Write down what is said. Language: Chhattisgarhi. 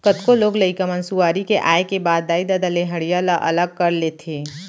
कतको लोग लइका मन सुआरी के आए के बाद दाई ददा ले हँड़िया ल अलग कर लेथें